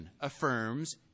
affirms